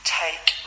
take